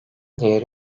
değeri